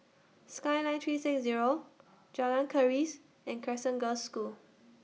Skyline three six Zero Jalan Keris and Crescent Girls' School